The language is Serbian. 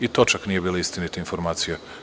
I to čak nije bila istinita informacija.